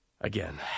Again